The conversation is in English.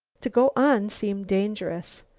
to go on seemed dangerous.